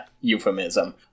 euphemism